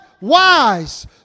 Wise